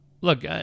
Look